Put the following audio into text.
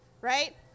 right